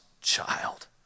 child